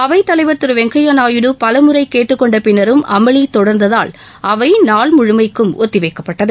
அவைத் தலைவா் திரு வெங்கையா நாயுடு பலமுறை கேட்டுக் கொண்ட பின்னரும் அமளி தொடர்ந்ததால் அவை நாள் முழுமைக்கும் ஒத்திவைக்கப்பட்டது